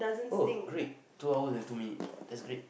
oh great two hours and two minutes that's great